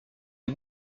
les